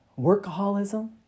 workaholism